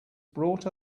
brought